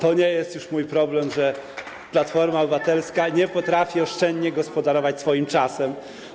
To nie jest mój problem, że Platforma Obywatelska nie potrafi oszczędnie gospodarować swoim czasem.